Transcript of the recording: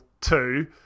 two